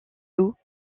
sous